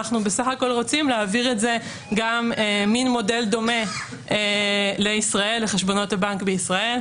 אנחנו בסך הכול רוצים לעשות מודל דומה לחשבונות הבנק בישראל.